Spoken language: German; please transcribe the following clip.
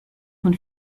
von